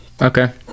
Okay